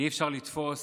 אי-אפשר לתפוס